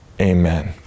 amen